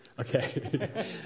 Okay